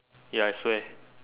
ya I swear